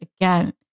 again